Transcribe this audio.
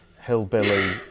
hillbilly